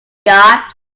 guards